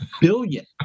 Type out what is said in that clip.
billion